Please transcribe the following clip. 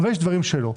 אבל יש דברים שלא.